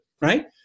right